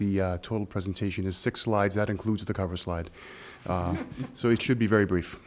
the total presentation is six slides that includes the cover slide so it should be very brief